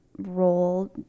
role